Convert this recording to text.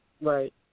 right